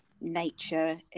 nature